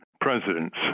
presidents